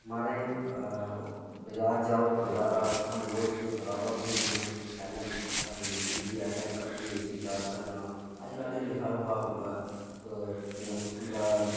महाराज बजार जाओ बजारा उत्थां नोट्स दियां कताबां थ्होई जंदियां पैह्लें भैं लिखी लिखी असें फ्ही उसी याद करना अज्जकल ते लिखा लुखा केह् नांऽ स्कूला